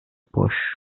boş